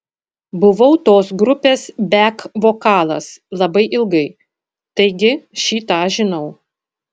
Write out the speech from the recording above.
buvau tos grupės bek vokalas labai ilgai taigi šį tą žinau